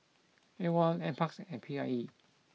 Awol Nparks and P I E